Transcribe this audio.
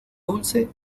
dulce